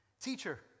Teacher